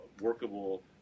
workable